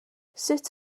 sut